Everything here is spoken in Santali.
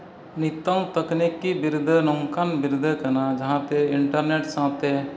ᱱᱤᱛᱚᱜ ᱛᱟᱠᱱᱤᱠᱤ ᱵᱤᱨᱫᱟᱹ ᱱᱚᱝᱠᱟᱱ ᱵᱤᱨᱫᱟᱹ ᱠᱟᱱᱟ ᱡᱟᱦᱟᱸᱛᱮ ᱤᱱᱴᱟᱨᱱᱮᱴ ᱥᱟᱶᱛᱮ